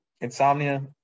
Insomnia